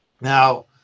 Now